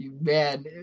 Man